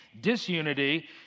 disunity